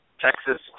Texas